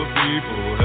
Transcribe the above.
people